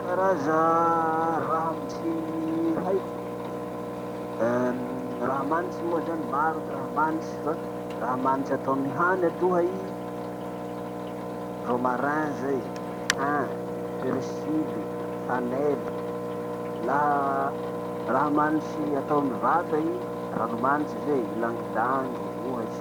Karaza raha manitry haiko. Uhm raha manitry moa zany maro ty raha manitry fa raha manitry atao amy hany aloha i: romarin zay, tin, persil, cannelle. Laha raha manitry atao amy vata i: ranomanitry zay, langilangy ohatsy.